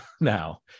now